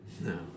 No